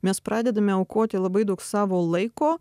mes pradedame aukoti labai daug savo laiko